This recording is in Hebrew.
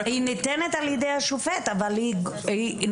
היא ניתנת על ידי השופט אבל היא נוגעת